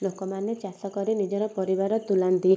ଲୋକମାନେ ଚାଷ କରି ନିଜର ପରିବାର ତୁଲାନ୍ତି